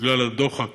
בגלל הדוחק